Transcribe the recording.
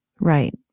Right